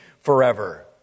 forever